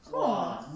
!wah!